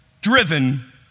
driven